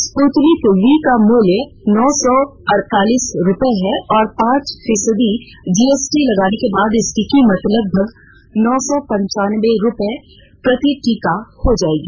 Sputnik V का मूल्य नौ सौ अड़तालीस रुपये है और पांच फीसदी जीएसटी लगने के बाद इसकी कीमत लगभग नौ सौ पंचानबे रुपये प्रति टीका हो जाएगी